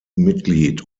mitglied